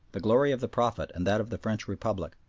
the glory of the prophet and that of the french republic,